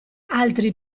altri